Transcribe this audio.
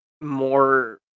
more